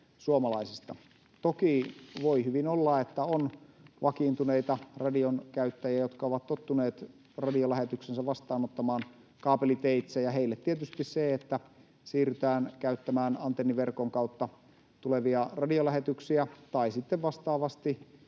Toki voi hyvin olla, että on vakiintuneita radion käyttäjiä, jotka ovat tottuneet radiolähetyksensä vastaanottamaan kaapeliteitse, ja heille tietysti siitä, että siirrytään käyttämään antenniverkon kautta tulevia radiolähetyksiä tai sitten vastaavasti,